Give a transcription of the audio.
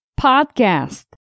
podcast